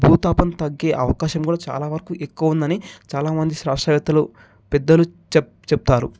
భూతాపం తగ్గే అవకాశం కూడా చాలా వరకు ఎక్కువ ఉందని చాలామంది శాస్త్రవేత్తలు పెద్దలు చెప్ చెప్తారు